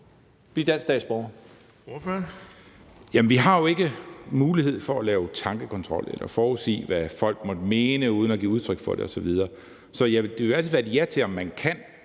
Fuglede (V): Jamen vi har jo ikke mulighed for at lave tankekontrol eller forudsige, hvad folk måtte mene uden at give udtryk for det osv. Så det er i hvert fald et ja i forhold til, om man kan